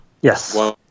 Yes